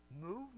Move